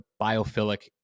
biophilic